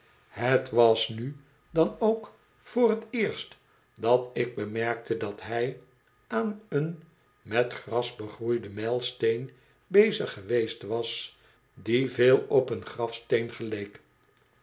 het was nu dan ook voor t eerst dat ik bemerkte dat hij aan een met gras begroeiden mijlsteen bezig geweest was die veel op een grafsteen geleek